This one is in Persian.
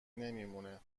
نمیمونه